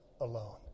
alone